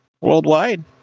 worldwide